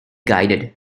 guided